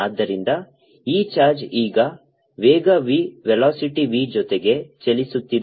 ಆದ್ದರಿಂದ ಈ ಚಾರ್ಜ್ ಈಗ ವೇಗ v ವೆಲಾಸಿಟಿ v ಜೊತೆಗೆ ಚಲಿಸುತ್ತಿದೆ